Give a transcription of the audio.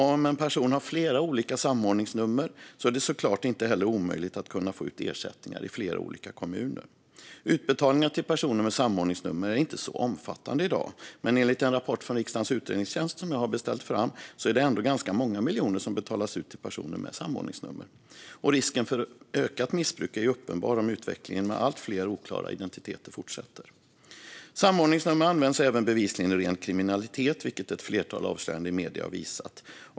Om en person har flera olika samordningsnummer är det såklart inte heller omöjligt att kunna få ut ersättningar i flera olika kommuner. Utbetalningarna till personer med samordningsnummer är inte så omfattande i dag. Men enligt en rapport från riksdagens utredningstjänst som jag beställt är det ändå ganska många miljoner som betalas ut till personer med samordningsnummer. Risken för ökat missbruk är uppenbar om utvecklingen med allt fler oklara identiteter fortsätter. Samordningsnummer används även bevisligen i ren kriminalitet, vilket ett flertal avslöjanden i medierna har visat.